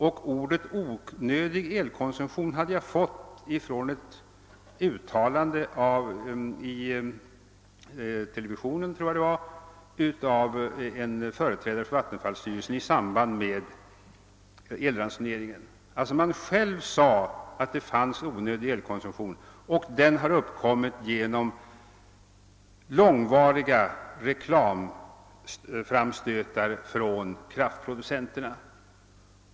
Uttrycket >onödig elkonsumtion> hade jag fått ifrån ett uttalande i televisionen, tror jag det var, av en företrädare för vattenfallsstyrelsen i samband med elransoneringen. Man sade alltså själv, att det fanns onödig elkonsumtion och att den hade uppkommit genom långvariga reklamframstötar från kraftproducenterna.